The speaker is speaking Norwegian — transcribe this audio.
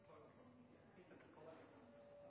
tar til